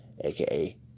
aka